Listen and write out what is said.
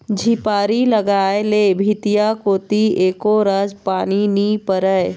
झिपारी लगाय ले भीतिया कोती एको रच पानी नी परय